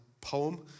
poem